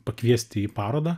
pakviesti į parodą